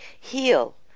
heal